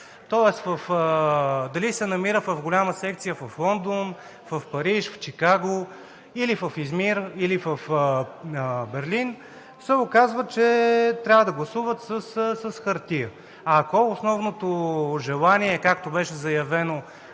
Тоест дали се намира в голяма секция в Лондон, в Париж, в Чикаго или в Измир, или в Берлин, се оказва, че трябва да гласуват с хартия. Ако основното желание е, както беше заявено